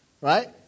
right